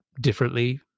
differently